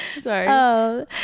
sorry